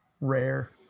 rare